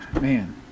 Man